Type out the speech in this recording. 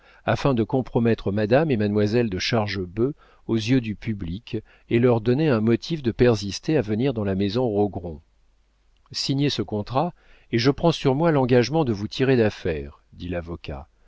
afin de compromettre madame et mademoiselle de chargebœuf aux yeux du public et leur donner un motif de persister à venir dans la maison rogron signez ce contrat et je prends sur moi l'engagement de vous tirer d'affaire dit l'avocat